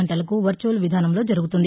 గంటలకు వర్చువల్ విధానంలో జరుగుతుంది